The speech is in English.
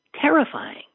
terrifying